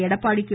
Edappadi K